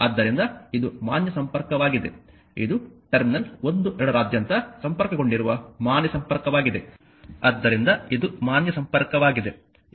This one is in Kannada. ಆದ್ದರಿಂದ ಇದು ಮಾನ್ಯ ಸಂಪರ್ಕವಾಗಿದೆ ಇದು ಟರ್ಮಿನಲ್ 1 2 ರಾದ್ಯಂತ ಸಂಪರ್ಕಗೊಂಡಿರುವ ಮಾನ್ಯ ಸಂಪರ್ಕವಾಗಿದೆ ಆದ್ದರಿಂದ ಇದು ಮಾನ್ಯ ಸಂಪರ್ಕವಾಗಿದೆ